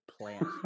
plant